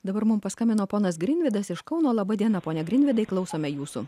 dabar mums paskambino ponas grinvydas iš kauno laba diena pone grinvydai klausome jūsų